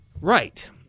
Right